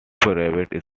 private